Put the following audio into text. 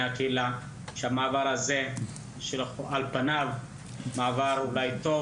הקהילה שהמעבר הזה הוא על פניו מעבר טוב,